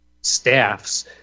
staff's